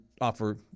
offer